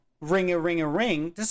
ring-a-ring-a-ring